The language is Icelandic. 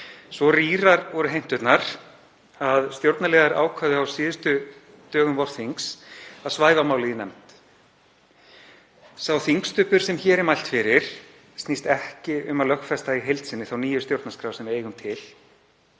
Svo rýrar voru heimturnar að stjórnarliðar ákváðu á síðustu dögum vorþings að svæfa málið í nefnd. Sá þingstubbur sem hér er mælt fyrir snýst ekki um að lögfesta í heild sinni þá nýju stjórnarskrá sem við eigum til,